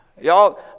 Y'all